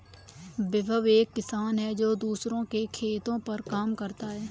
विभव एक किसान है जो दूसरों के खेतो पर काम करता है